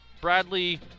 Bradley